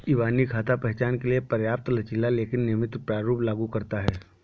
इबानी खाता पहचान के लिए पर्याप्त लचीला लेकिन नियमित प्रारूप लागू करता है